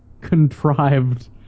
contrived